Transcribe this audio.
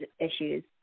issues